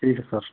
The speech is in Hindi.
ठीक है सर